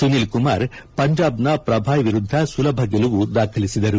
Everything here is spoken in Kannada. ಸುನಿಲ್ ಕುಮಾರ್ ಪಂಜಾಬ್ನ ಪ್ರಭಾಯ್ ವಿರುದ್ದ ಸುಲಭ ಗೆಲುವು ದಾಖಲಿಸಿದರು